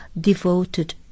devoted